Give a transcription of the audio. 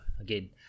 again